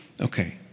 Okay